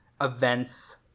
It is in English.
events